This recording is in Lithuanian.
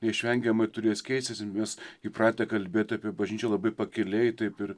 neišvengiamai turės keistis ir mes įpratę kalbėt apie bažnyčią labai pakiliai taip ir